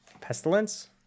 Pestilence